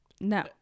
No